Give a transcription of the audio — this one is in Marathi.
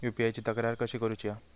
यू.पी.आय ची तक्रार कशी करुची हा?